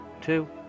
Two